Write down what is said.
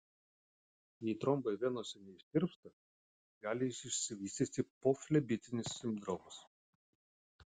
jei trombai venose neištirpsta gali išsivystyti poflebitinis sindromas